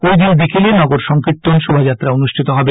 ঐ দিন বিকেলে নগর সংকীর্ত্তন শোভাযাত্রা অনুষ্ঠিত হবে